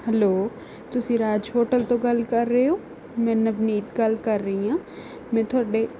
hello ਤੁਸੀਂ Raj hotel ਤੋਂ ਗੱਲ ਕਰ ਰਹੇ ਹੋ ਮੈਂ ਨਵਨੀਤ ਗੱਲ ਕਰ ਰਹੀ ਹਾਂ ਮੈਂ ਤੁਹਾਡੇ